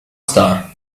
star